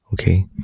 okay